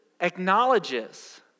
acknowledges